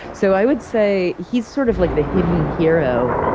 so i would say he's sort of like the hidden hero,